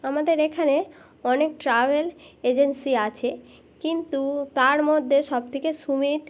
আমাদের এখানে অনেক ট্রাভেল এজেন্সি আছে কিন্তু তার মধ্যে সব থেকে সুমিত